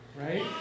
right